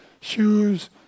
shoes